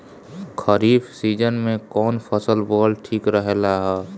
खरीफ़ season में कौन फसल बोअल ठिक रहेला ह?